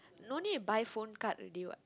no need to buy phone card already what